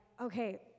okay